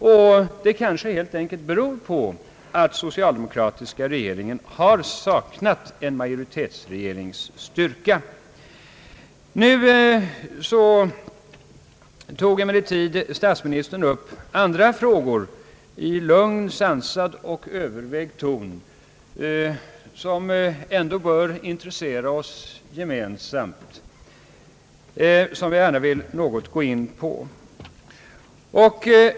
Och det kanske helt enkelt beror på att den socialdemokratiska regeringen har saknat en majoritetsregerings styrka. | Statsministern tog emellertid i lugn, sansad och övervägd ton upp andra frågor, som ändå bör intressera oss gemensamt och som jag gärna vill något gå in på.